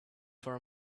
for